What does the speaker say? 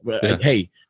hey